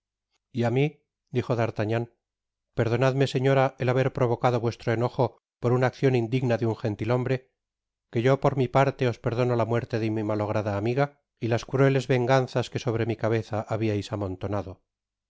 y á mi dijo d'artagnan perdonadme señora el haber provocado vuestro enojo por una accion indigna de un gentithombre que yo por mi parte os perdono la muerte de mi malograda amiga y las crueles venganzas que sobre mi cabeza habiais amontonado